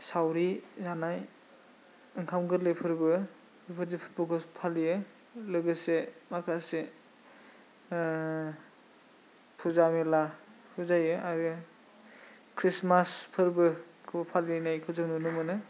सावरि जानाय ओंखाम गोरलै फोरबो बिदि फोरबोखौबो फालियो लोगोसे माखासे फुजा मेलाबो जायो आरो ख्रिस्टमास फोरबोखौबो फालिनायखौ जोंङो नुनो मोनो